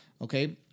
Okay